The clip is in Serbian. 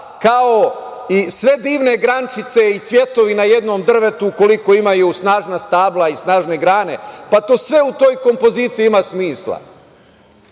kao i sve divne grančice i cvetovi na jednom drvetu, ukoliko imaju snažna stabla i snažne grane, pa to sve u toj kompoziciji ima smisla.